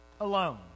alone